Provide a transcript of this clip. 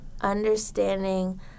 understanding